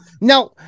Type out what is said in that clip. now